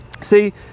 See